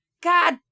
God